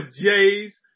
Jays